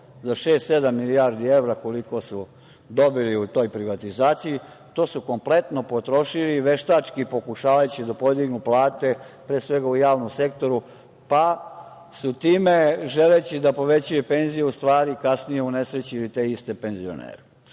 sedam milijardi evra, koliko su dobili u toj privatizaciji, to su kompletno potrošili veštački pokušavajući da podignu plate, pre svega u javnom sektoru, pa su time želeći da povećaju penzije u stvari kasnije unesrećili te iste penzionere. Da